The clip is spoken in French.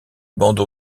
bande